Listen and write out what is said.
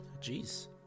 Jeez